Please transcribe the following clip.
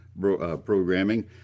programming